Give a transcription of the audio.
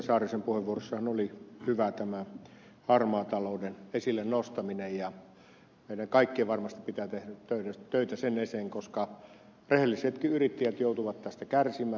saarisen puheenvuorossahan oli hyvää tämä harmaan talouden esille nostaminen ja meidän kaikkien varmasti pitää tehdä töitä sen eteen koska rehellisetkin yrittäjät joutuvat tästä kärsimään